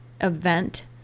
event